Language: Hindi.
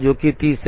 जो कि 30 है